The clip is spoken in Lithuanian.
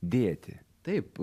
dėti taip